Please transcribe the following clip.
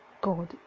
God